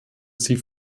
sie